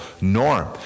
norm